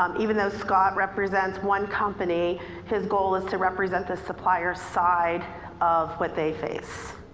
um even though scott represents one company his goal is to represent the supplier's side of what they face.